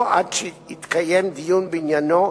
או עד שיתקיים דיון בעניינו,